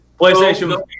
PlayStation